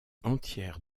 entières